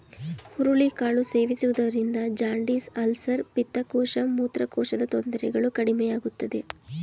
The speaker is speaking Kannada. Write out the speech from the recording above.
ಹುರುಳಿ ಕಾಳು ಸೇವಿಸುವುದರಿಂದ ಜಾಂಡಿಸ್, ಅಲ್ಸರ್, ಪಿತ್ತಕೋಶ, ಮೂತ್ರಕೋಶದ ತೊಂದರೆಗಳು ಕಡಿಮೆಯಾಗುತ್ತದೆ